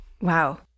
Wow